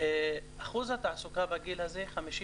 אחוז התעסוקה בגיל הזה הגיע